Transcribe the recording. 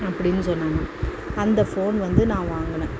அப்படினு சொன்னாங்க அந்த ஃபோன் வந்து நான் வாங்கினேன்